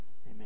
Amen